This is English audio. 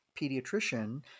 pediatrician